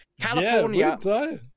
California